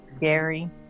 Gary